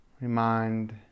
remind